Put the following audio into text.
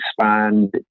expand